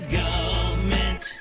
government